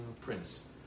Prince